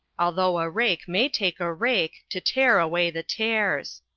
although a rake may take a rake to tear away the tares.